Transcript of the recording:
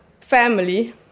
family